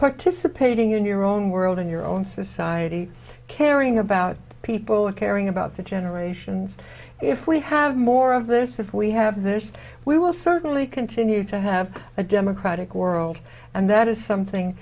participating in your own world in your own society caring about people and caring about the generations if we have more of this if we have this we will certainly continue to have a democratic world and that is something